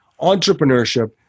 entrepreneurship